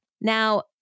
Now